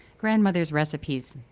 grandmother's recipes.